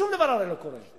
שום דבר הרי לא קורה.